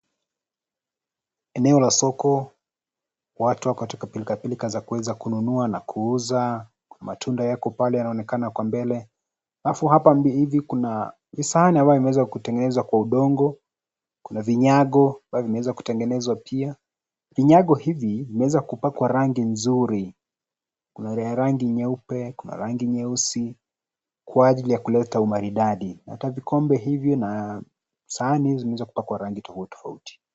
Eneo la soko. Watu wako katika pilkapilka za kuweza kununua na kuuza. Matunda yako pale yanaonekana kwa mbele. Alafu hapa hivi kuna visahani ambayo vimeweza kutengenezwa kwa udongo, kuna vinyago, ambavyo zimeweza kutengenezwa pia. Vinyago hivi vimeweza kupakwa rangi nzuri. Kuna vya rangi nyeupe, kuna rangi nyeusi kwa ajili ya kuleta umaridadi. Hata vikombe hivi na sahani hizi zimeweza kupakwa rangi tofauti, tofauti.